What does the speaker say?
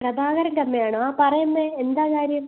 പ്രഭാകർൻ്റമ്മയാണോ ആ പറയമ്മേ എന്താണ് കാര്യം